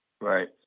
Right